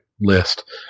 list